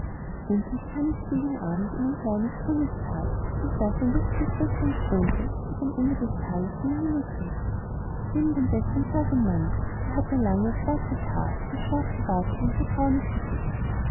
endlich kamen sie gegen abend in ein kleines grünes tal durch das ein lustiges bächlein strömte welches am ende des tales eine mühle trieb neben dem bächlein saß ein mann der hatte langes schwarzes haar einen schwarzen bart und ein sehr braunes gesicht